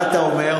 מה אתה אומר?